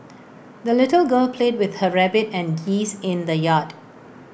the little girl played with her rabbit and geese in the yard